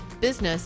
business